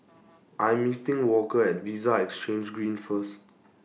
I'm meeting Walker At Vista Exhange Green First